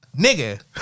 nigga